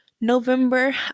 November